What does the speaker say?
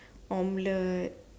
omelette